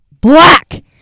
black